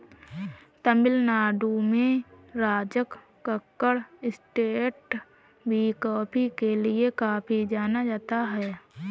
तमिल नाडु में राजकक्कड़ एस्टेट भी कॉफी के लिए काफी जाना जाता है